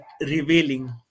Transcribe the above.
revealing